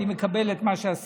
אני מקבל את מה שעשית,